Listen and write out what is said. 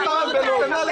את צודקת.